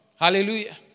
Hallelujah